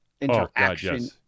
interaction